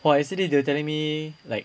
!wah! yesterday they were telling me like